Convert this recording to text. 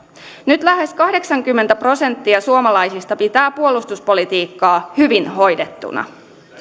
nyt lähes kahdeksankymmentä prosenttia suomalaisista pitää puolustuspolitiikkaa hyvin hoidettuna